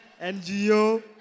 NGO